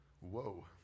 Whoa